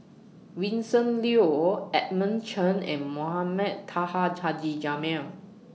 Vincent Leow Edmund Chen and Mohamed Taha Haji Jamil